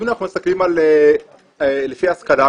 אם אנחנו מסתכלים לפי השכלה,